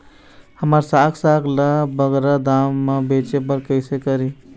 हमर साग साग ला बगरा दाम मा बेचे बर कइसे करी?